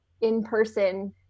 in-person